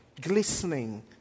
glistening